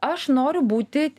aš noriu būti